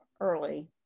early